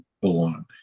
belong